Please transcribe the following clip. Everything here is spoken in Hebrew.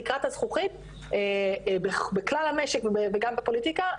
תקרת הזכוכית בכלל המשק ובעיקר בפוליטיקה,